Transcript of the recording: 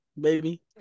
baby